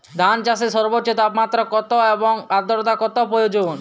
ধান চাষে সর্বোচ্চ তাপমাত্রা কত এবং আর্দ্রতা কত প্রয়োজন?